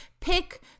pick